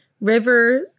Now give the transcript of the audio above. River